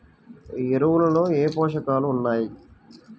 ఎరువులలో ఏ పోషకాలు ఉన్నాయి?